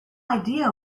idea